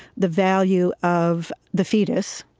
the value of the fetus,